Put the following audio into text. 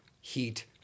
heat